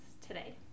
today